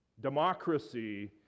democracy